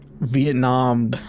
Vietnam